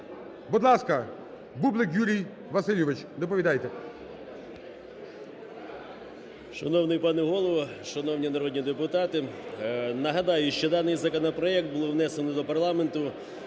Будь ласка, Бублик Юрій Васильович, доповідайте.